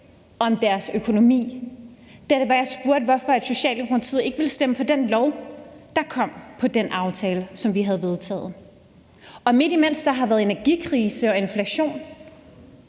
om økonomien, da jeg spurgte, hvorfor Socialdemokratiet ikke vil stemme for det lovforslag, der kom om den aftale, som vi havde vedtaget. Og alt imens der har været energikrise og inflation,